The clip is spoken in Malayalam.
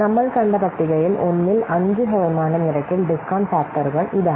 നമ്മൾ കണ്ട പട്ടികയിൽ 1 ൽ 5 ശതമാനം നിരക്കിൽ ഡിസ്കൌണ്ട് ഫാക്ടരുകൾ ഇതാണ്